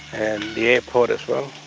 and the airport as well